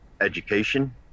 education